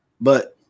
But-